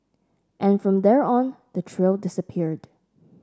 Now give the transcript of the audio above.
and from there on the trail disappeared